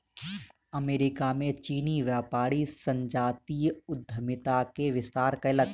America में चीनी व्यापारी संजातीय उद्यमिता के विस्तार कयलक